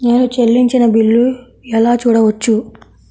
నేను చెల్లించిన బిల్లు ఎలా చూడవచ్చు?